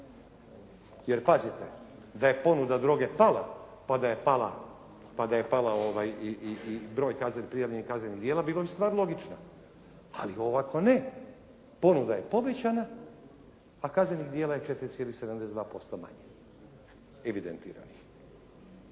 jer pazite da je ponuda droge pala pa da je pala, pa da je pala i broj prijavljenih kaznenih djela bila bi stvar logična. Ali ovako ne. Ponuda je povećana a kaznenih djela je 4,72% manje evidentiranih.